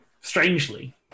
strangely